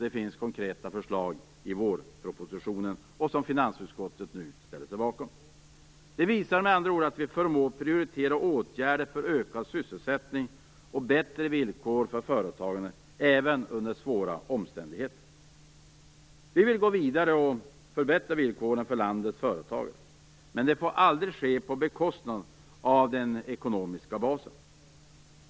Det finns konkreta förslag i vårpropositionen, som finansutskottet nu ställer sig bakom. Det visar med andra ord att vi förmår prioritera åtgärder för ökad sysselsättning och bättre villkor för företagande även under svåra omständigheter. Vi vill gå vidare och förbättra villkoren för landets företagare, men det får aldrig ske på bekostnad av den ekonomiska basen.